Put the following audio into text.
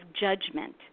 judgment